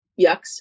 yucks